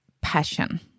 passion